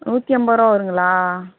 நூற்றி ஐம்பது ரூபா வருங்களா